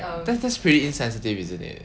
that that's pretty insensitive isn't it